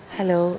Hello